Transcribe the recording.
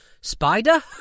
spider